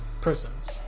prisons